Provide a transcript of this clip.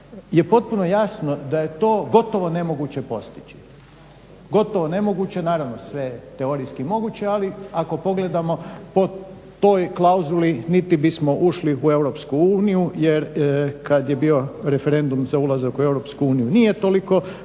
je potpuno jasno da je to gotovo nemoguće postići, gotovo nemoguće. Naravno sve je teorijski moguće, ali ako pogledamo po toj klauzuli niti bismo ušli u EU jer kad je bio referendum za ulazak u EU nije toliko